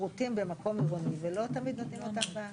שירותים במקום עירוני ולא תמיד נותנים אותם.